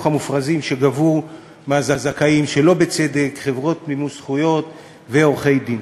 המופרזים שגבו מהזכאים שלא בצדק חברות מימוש זכויות ועורכי-דין.